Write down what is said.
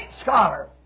scholar